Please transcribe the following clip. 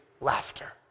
laughter